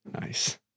Nice